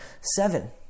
seven